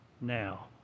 now